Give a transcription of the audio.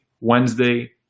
Wednesday